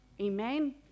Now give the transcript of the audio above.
Amen